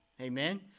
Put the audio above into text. Amen